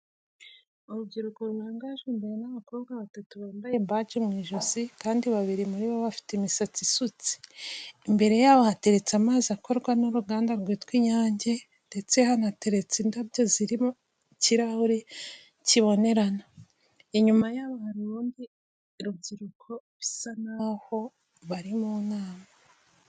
Urubyiruko rurangajwe imbere n'abakobwa batatu bambaye baji mu ijosi kandi babiri muri bo bafite imisatsi isutse, imbere yabo hateretse amazi akorwa n'uruganda rwitwa inyange ndetse hanateretse indabyo ziri mu kirahuri kibonerana. Inyuma yabo hari urundi rubyiruko bisa n'aho bari mu nama.